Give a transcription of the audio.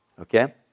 Okay